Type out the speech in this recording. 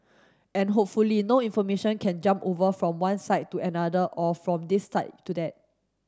and hopefully no information can jump over from one side to another or from this side to that